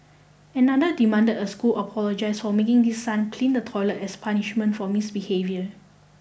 another demanded a school apologise for making his son clean the toilet as punishment for misbehaviour